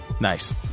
nice